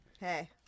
hey